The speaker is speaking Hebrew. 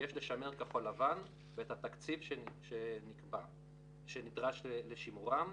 שיש לשמר כחול-לבן ואת התקציב הנדרש לשימורם.